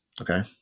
Okay